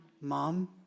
Mom